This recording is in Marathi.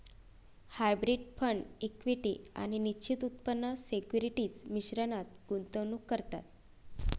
हायब्रीड फंड इक्विटी आणि निश्चित उत्पन्न सिक्युरिटीज मिश्रणात गुंतवणूक करतात